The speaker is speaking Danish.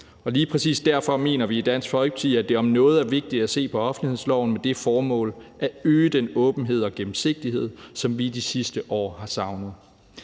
lige præcis derfor mener vi i Dansk Folkeparti, at det om noget er vigtigt at se på offentlighedsloven med det formål at øge den åbenhed og gennemsigtighed, som vi i de sidste år har savnet.